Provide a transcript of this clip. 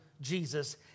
Jesus